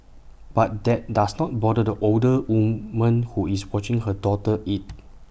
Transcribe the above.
but that does not bother the older woman who is watching her daughter eat